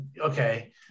okay